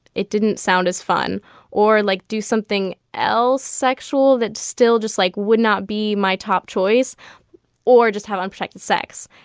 it didn't sound as fun or like do something else sexual that still just, like, would not be my top choice or just have unprotected sex.